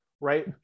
right